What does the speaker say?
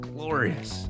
Glorious